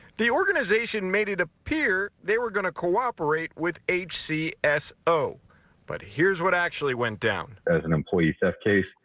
the organization made it appear they were going to cooperate with hc s o but here's what actually went down as an employee that case.